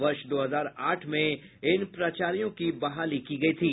वर्ष दो हजार आठ में इन प्राचार्यों की बहाली की गयी थी